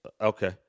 Okay